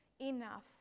enough